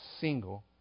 single